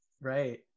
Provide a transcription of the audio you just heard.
Right